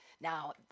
now